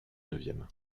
neuvième